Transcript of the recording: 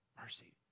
Mercy